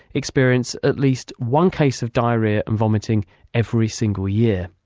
experience at least one case of diarrhoea and vomiting every single year.